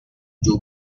two